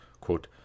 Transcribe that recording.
quote